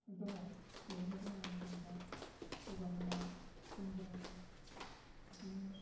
दङ बेहायनो जोंनि जेनेबा गगा मोननाय लोमजानाय इदिनो